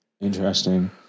interesting